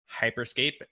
Hyperscape